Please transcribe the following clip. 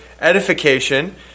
edification